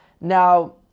Now